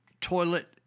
Toilet